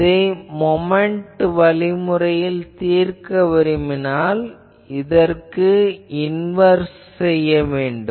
இதை மொமென்ட் வழிமுறையில் தீர்க்க விரும்பினால் இதை இன்வேர்ஸ் செய்ய வேண்டும்